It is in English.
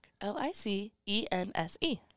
L-I-C-E-N-S-E